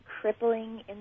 crippling